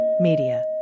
Media